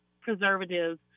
preservatives